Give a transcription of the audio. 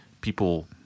people